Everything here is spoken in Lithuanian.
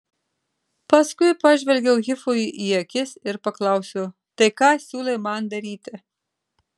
paskui pažvelgiau hifui į akis ir paklausiau tai ką siūlai man daryti